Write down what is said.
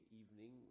evening